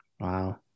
Wow